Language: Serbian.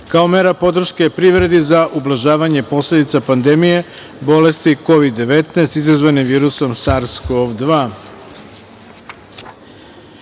kao mera podrške privredi za ublažavanje posledica pandemije bolesti Kovid – 19 izazvane virusom SARS-CoV-2.Četvrta